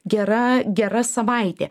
gera gera savaitė